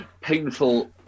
Painful